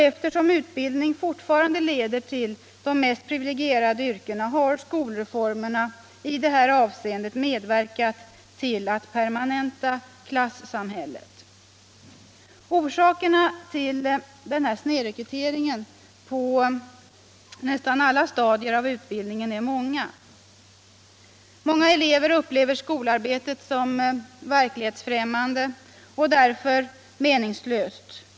Eftersom utbildning fortfarande leder till de mest privilegierade yrkena har skolreformerna i detta avseende medverkat till att permanenta klassamhället. Orsakerna till denna snedrekrytering på nästan alla stadier av utbildningen är många. Många elever upplever skolarbetet som verklighetsfrämmande och därför meningslöst.